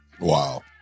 wow